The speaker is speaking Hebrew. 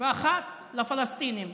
ואחת לפלסטינים.